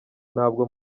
ntabwo